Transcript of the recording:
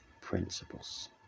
principles